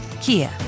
Kia